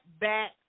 back